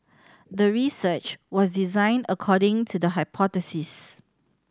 the research was designed according to the hypothesis